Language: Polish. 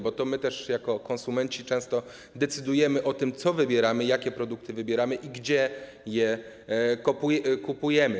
Bo my też jako konsumenci często decydujemy o tym, co wybieramy, jakie produkty wybieramy i gdzie je kupujemy.